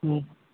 move